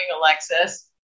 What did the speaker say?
alexis